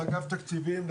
לאגף תקציבים,